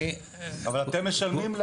אבל אתם משלמים.